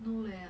no leh